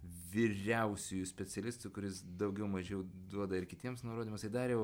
vyriausiųjų specialistų kuris daugiau mažiau duoda ir kitiems nurodymus tai dariau